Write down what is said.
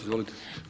Izvolite.